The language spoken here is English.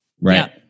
right